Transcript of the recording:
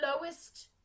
lowest